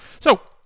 so,